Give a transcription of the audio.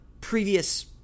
previous